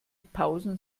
pausen